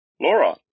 Laura